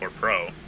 Pro